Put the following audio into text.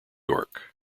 york